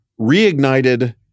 reignited